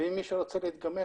ואם מישהו רוצה להתגמש,